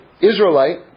Israelite